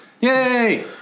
Yay